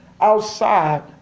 outside